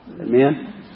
Amen